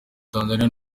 tanzania